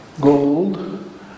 gold